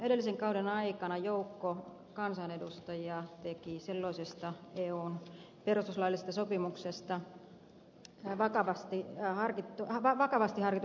edellisen kauden aikana joukko kansanedustajia teki silloisesta eun perustuslaillisesta sopimuksesta vakavasti harkitun kansanäänestysesityksen